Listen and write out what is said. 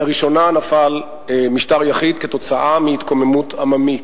לראשונה נפל משטר יחיד כתוצאה מהתקוממות עממית.